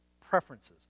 preferences